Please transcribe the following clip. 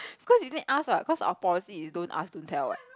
cause you need ask ah cause our bousy so you don't ask don't tell what